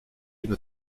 une